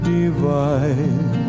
divine